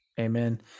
Amen